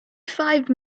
five